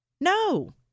No